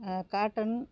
cotton